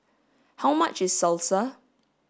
how much is salsa